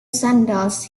sandals